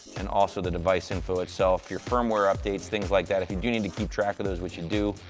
and also, the device info itself, your firmware updates, things like that. if you do need to keep track of those, which you and do,